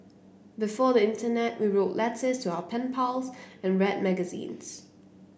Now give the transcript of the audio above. before the internet we wrote letters to our pen pals and read magazines